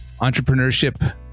entrepreneurship